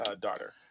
daughter